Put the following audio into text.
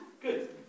good